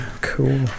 Cool